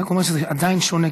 אני רק אומר שזה עדיין שונה,